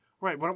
right